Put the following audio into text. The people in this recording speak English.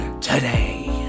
today